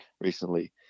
recently